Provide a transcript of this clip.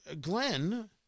Glenn